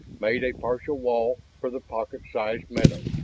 made a partial wall for the pocket-sized meadow.